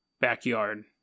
backyard